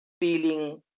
feeling